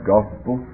Gospel